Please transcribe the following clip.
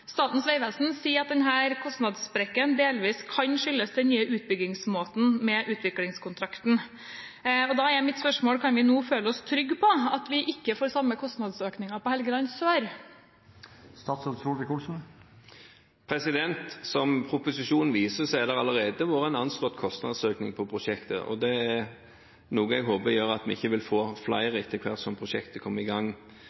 Statens vegvesen sier at denne kostnadssprekken delvis kan skyldes den nye utbyggingsmåten med utviklingskontrakt. Da er mitt spørsmål: Kan vi nå føle oss trygge på at vi ikke får samme kostnadsøkning på Helgeland sør? Som proposisjonen viser, har det allerede vært en anslått kostnadsøkning på prosjektet, og det er noe jeg håper gjør at vi ikke får flere etter hvert som prosjektet kommer i gang.